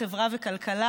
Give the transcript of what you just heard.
חברה וכלכלה.